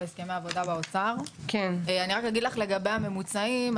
לגבי הממוצעים,